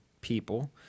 people